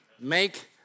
Make